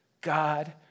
God